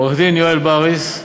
עורך-דין יואל בריס,